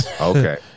Okay